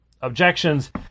objections